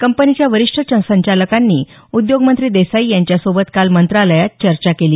कंपनीच्या वरिष्ठ संचालकांनी उद्योगमंत्री देसाई यांच्यासोबत काल मंत्रालयात चर्चा केली